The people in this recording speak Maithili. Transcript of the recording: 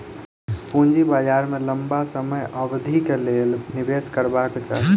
पूंजी बाजार में लम्बा समय अवधिक लेल निवेश करबाक चाही